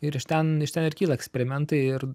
ir iš ten iš ten ir kyla eksperimentai ir